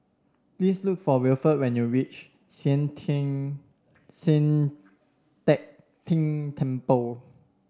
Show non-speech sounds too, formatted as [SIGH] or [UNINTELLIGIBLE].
please look for Wilford when you reach Sian [UNINTELLIGIBLE] Sian Teck Tng Temple